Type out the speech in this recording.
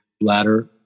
bladder